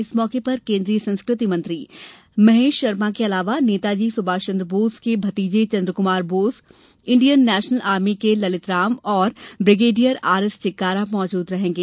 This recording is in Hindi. इस मौके पर केन्द्रीय संस्कृति मंत्री महेश शर्मा के अलावा नेताजी सुभाषचन्द्र बोस के भतीजे Chandra Kumar Bose Indian National Army के ललितराम तथा ब्रिगेडियर आर एस चिक्कारा मौजूद रहेंगे